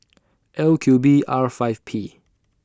L Q B R five P